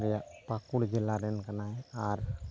ᱯᱟᱹᱠᱩᱲ ᱡᱮᱞᱟ ᱨᱮᱱ ᱠᱟᱱᱟᱭ ᱟᱨ